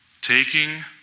Taking